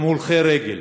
גם בהולכי רגל